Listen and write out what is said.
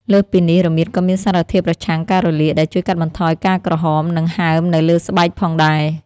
លើសពីនេះ រមៀតក៏មានសារធាតុប្រឆាំងការរលាក ដែលជួយកាត់បន្ថយការក្រហម និងហើមនៅលើស្បែកផងដែរ។